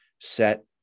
set